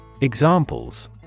Examples